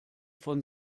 von